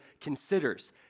considers